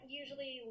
usually